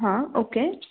हां ओके